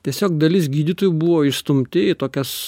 tiesiog dalis gydytojų buvo išstumti į tokias